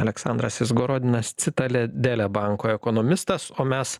aleksandras izgorodinas citaledele banko ekonomistas o mes